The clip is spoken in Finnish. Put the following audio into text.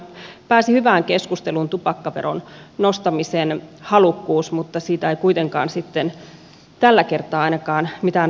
tänään jo pääsi hyvään keskusteluun halukkuus tupakkaveron nostamiseen mutta siitä ei kuitenkaan sitten tällä kertaa ainakaan mitään valmista tullut